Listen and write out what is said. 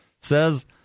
says